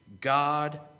God